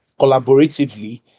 collaboratively